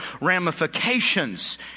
ramifications